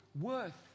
worth